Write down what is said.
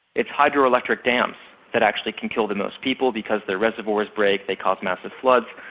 its hydro-electric dams that actually can kill the most people because their reservoirs break, they cause massive floods.